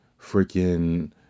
freaking